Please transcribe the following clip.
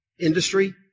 industry